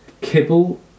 kibble